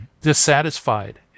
dissatisfied